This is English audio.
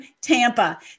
Tampa